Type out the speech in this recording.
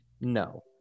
no